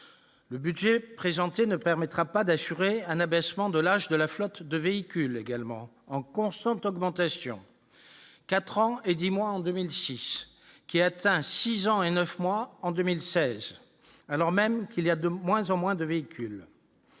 le budget présenté ne permettra pas d'assurer un abaissement de l'âge de la flotte de véhicules également en constante augmentation, 4 ans et 10 mois en 2006 qui atteint 6 ans et 9 mois en 2016 alors même qu'il y a de moins en moins de véhicules